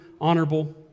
honorable